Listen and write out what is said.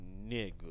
nigga